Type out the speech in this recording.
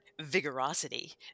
vigorosity